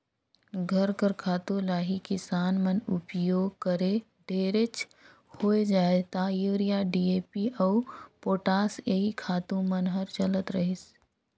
घर कर खातू ल ही किसान मन उपियोग करें ढेरेच होए जाए ता यूरिया, डी.ए.पी अउ पोटास एही खातू मन हर चलत रहिस